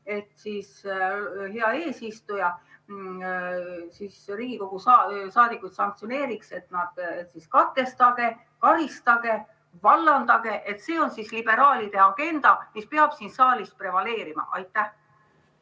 et hea eesistuja Riigikogu saadikuid sanktsioneeriks ehk siis katkestage, karistage, vallandage. See on liberaalide agenda, mis peab siin saalis prevaleerima. Aitäh